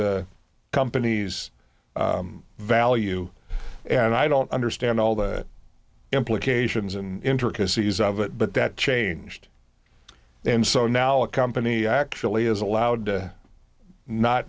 the company's value and i don't understand all the implications and intricacies of it but that changed and so now a company actually is allowed to not